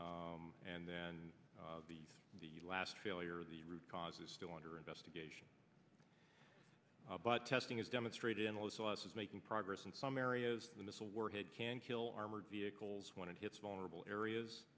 and then the the last failure the root cause is still under investigation but testing is demonstrated in all of us is making progress in some areas the missile warhead can kill armored vehicles when it hits vulnerable areas